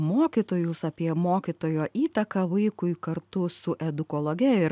mokytojus apie mokytojo įtaką vaikui kartu su edukologe ir